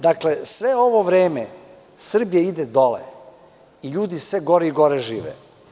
Dakle, sve ovo vreme Srbija ide dole i ljudi sve gore i gore žive.